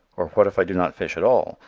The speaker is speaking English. or what if i do not fish at all,